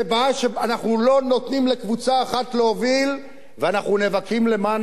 זה שאנחנו לא נותנים לקבוצה אחת להוביל ואנחנו נאבקים למען